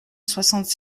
soixante